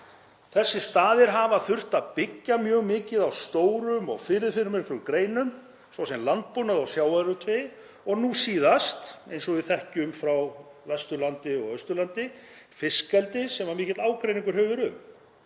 Þessir staðir hafa þurft að byggja mjög mikið á stórum og fyrirferðarmiklum greinum, svo sem landbúnaði og sjávarútvegi og nú síðast, eins og við þekkjum frá Vesturlandi og Austurlandi, fiskeldi sem mikill ágreiningur hefur